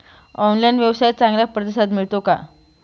Online व्यवसायात चांगला प्रतिसाद मिळतो का?